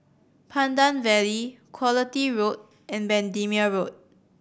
Pandan Valley Quality Road and Bendemeer Road